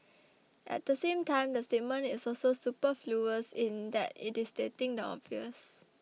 at the same time the statement is also superfluous in that it is stating the obvious